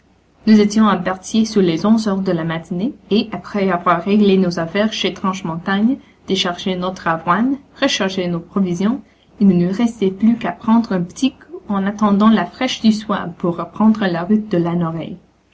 nous étions à berthier sur les onze heures de la matinée et après avoir réglé nos affaires chez tranchemontagne déchargé notre avoine rechargé nos provisions il ne nous restait plus qu'à prendre un p'tit coup en attendant la fraîche du soir pour reprendre la route de